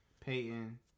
Peyton